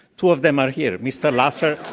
two of them are here, mr. laffer,